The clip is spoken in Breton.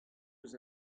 eus